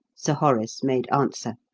sir horace made answer.